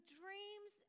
dreams